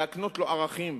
להקנות לו ערכים,